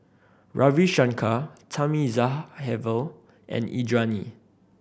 Ravi Shankar Thamizhavel and Indranee